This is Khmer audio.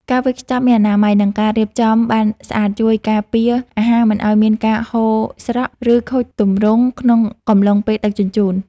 ការវេចខ្ចប់មានអនាម័យ និងការរៀបចំបានស្អាតជួយការពារអាហារមិនឱ្យមានការហូរស្រក់ ឬខូចទម្រង់ក្នុងកំឡុងពេលដឹកជញ្ជូន។